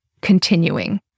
continuing